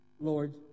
Lord